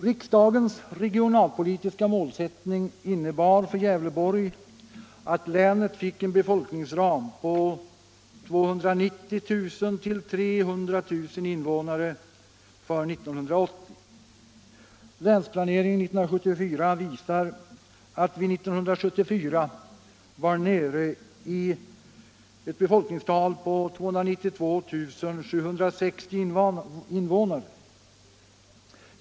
Riksdagens regionalpolitiska målsättning innebar för Gävleborg att länet fick en befolkningsram på 290 000-300 000 invånare för 1980. Länsplanering 1974 visar att vi 1974 var nere i ett befolkningstal på 292 760 invånare.